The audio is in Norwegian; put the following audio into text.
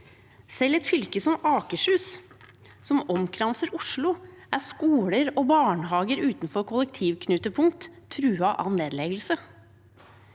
Selv i et fylke som Akershus, som omkranser Oslo, er skoler og barnehager utenfor kollektivknutepunkt truet av nedleggelse.